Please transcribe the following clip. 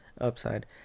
upside